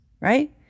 right